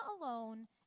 alone